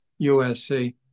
USC